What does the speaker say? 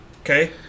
okay